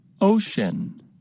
Ocean